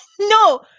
No